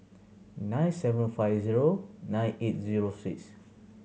nine seven five zero nine eight zero six